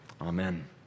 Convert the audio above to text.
Amen